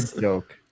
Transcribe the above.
joke